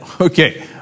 Okay